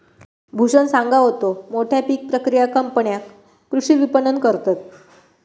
भूषण सांगा होतो, मोठ्या पीक प्रक्रिया कंपन्या कृषी विपणन करतत